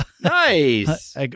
Nice